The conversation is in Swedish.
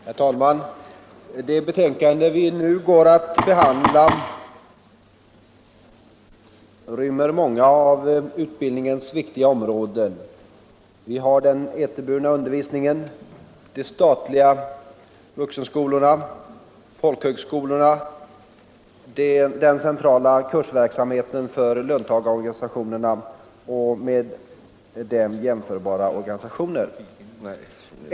Herr talman! Det betänkande vi nu går att behandla rymmer många av utbildningens viktiga områden: den eterburna undervisningen, de statliga vuxenskolorna, folkhögskolorna, den centrala kursverksamheten för löntagarorganisationerna och med dem jämförbara organisationer.